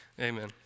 Amen